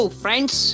friends